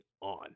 on